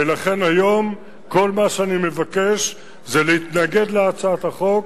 ולכן היום, כל מה שאני מבקש זה להתנגד להצעת החוק,